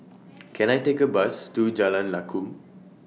Can I Take A Bus to Jalan Lakum